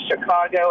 Chicago